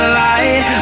light